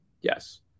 Yes